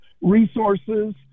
resources